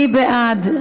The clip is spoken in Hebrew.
מי בעד?